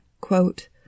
quote